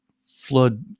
flood